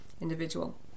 individual